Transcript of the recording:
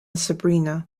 sabrina